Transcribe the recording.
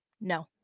no